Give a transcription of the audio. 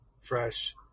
fresh